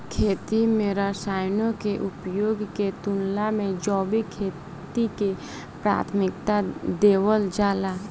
खेती में रसायनों के उपयोग के तुलना में जैविक खेती के प्राथमिकता देवल जाला